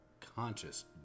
conscious